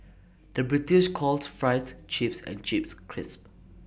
the British calls Fries Chips and Chips Crisps